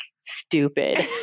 stupid